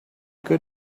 good